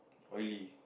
oily